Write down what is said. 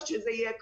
אז שזה יהיה ככה.